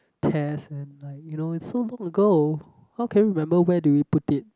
test and like you know it's so long ago how can we remember where do we put it